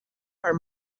are